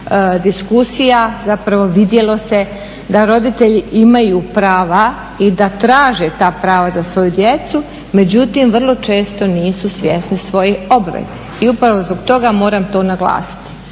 diskusija, zapravo vidjelo se da roditelji imaju prava i da traže ta prava za svoju djecu, međutim vrlo često nisu svjesni svojih obveza i upravo zbog toga moram to naglasiti.